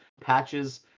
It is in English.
patches